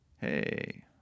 hey